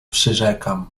przyrzekam